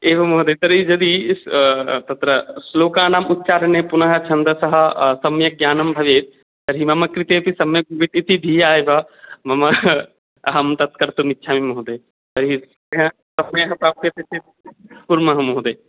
एवं महोदय तर्हि यदि तत्र श्लोकानाम् उच्चारणे पुनः छन्दसः सम्यक् ज्ञानं भवेत् तर्हि मम कृते अपि सम्यक् इति धिया एव मम अहम् तत् कर्तुम् इच्छामि महोदय तर्हि तस्मै इति प्राप्यते चेत् कुर्मः महोदय